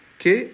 que